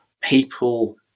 people